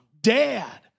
dad